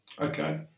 okay